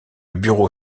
bureau